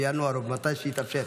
בינואר או מתי שיתאפשר.